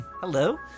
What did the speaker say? hello